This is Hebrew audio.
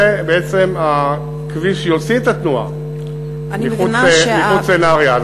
ובעצם הכביש יוציא את התנועה מחוץ לנהרייה.